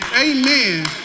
Amen